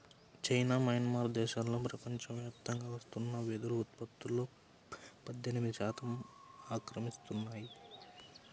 China, Myanmar దేశాలు ప్రపంచవ్యాప్తంగా వస్తున్న వెదురు ఉత్పత్తులో పద్దెనిమిది శాతం ఆక్రమిస్తున్నాయి